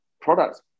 products